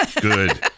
Good